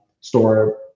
store